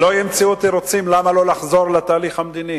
שלא ימצאו תירוצים למה לא לחזור לתהליך המדיני,